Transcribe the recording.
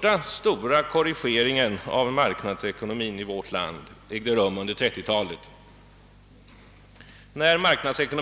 Den första korrigeringen av marknadsekonomin i vårt land ägde rum under 1930-talet, då